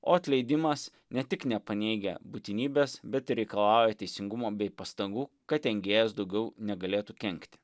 o atleidimas ne tik nepaneigia būtinybės bet ir reikalauja teisingumo bei pastangų kad engėjas daugiau negalėtų kenkti